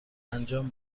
انجام